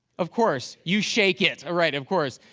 of course. you shake it. right, of course.